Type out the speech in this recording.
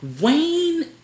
Wayne